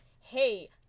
hey